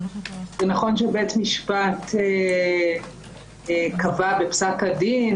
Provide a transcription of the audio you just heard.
זה נכון שבית משפט קבע בפסק הדין